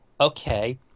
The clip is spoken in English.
okay